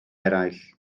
eraill